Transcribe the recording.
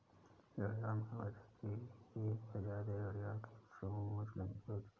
घड़ियाल मगरमच्छ की ही एक प्रजाति है घड़ियाल की चोंच लंबी होती है